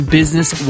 business